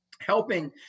helping